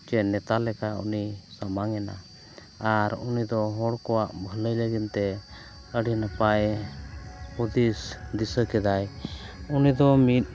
ᱪᱮ ᱱᱮᱛᱟ ᱞᱮᱠᱟ ᱩᱱᱤ ᱥᱟᱢᱟᱝ ᱮᱱᱟᱭ ᱟᱨ ᱩᱱᱤ ᱫᱚ ᱦᱚᱲ ᱠᱚᱣᱟᱜ ᱵᱷᱟᱹᱞᱟᱹᱭ ᱞᱟᱹᱜᱤᱫᱛᱮ ᱟᱹᱰᱤ ᱱᱟᱯᱟᱭ ᱦᱩᱫᱤᱥ ᱫᱤᱥᱟᱹ ᱠᱮᱫᱟᱭ ᱩᱱᱤ ᱫᱚ ᱢᱤᱫ